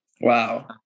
Wow